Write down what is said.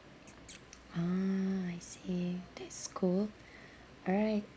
uh I see that's cool all right